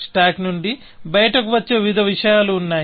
stock నుండి బయటకు వచ్చే వివిధ విషయాలు ఉన్నాయి